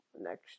next